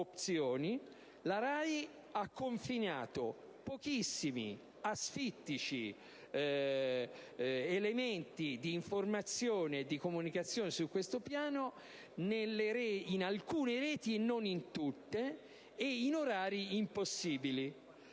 ha invece consegnato pochissimi, asfittici elementi di informazione e di comunicazione su questo piano in alcune reti e non in tutte, ed in orari impossibili.